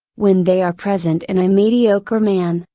when they are present in a mediocre man,